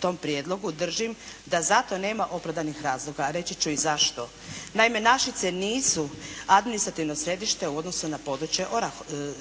tom prijedlogu, držim da za to nema opravdanih razloga. A reći ću i zašto. Naime, Našice nisu administrativno središte u odnosu na područje,